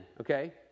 okay